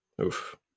Oof